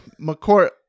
McCourt